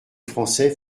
français